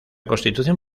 constitución